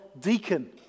deacon